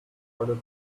other